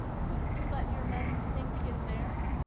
couldn't you let your men think in there?